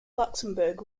luxembourg